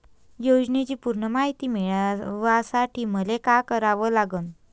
योजनेची पूर्ण मायती मिळवासाठी मले का करावं लागन?